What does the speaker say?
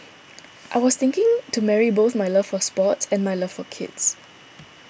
I was thinking to marry both my love for sports and my love for kids